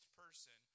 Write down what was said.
person